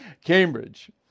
Cambridge